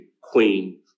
queen